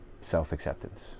self-acceptance